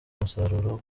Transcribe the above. umusaruro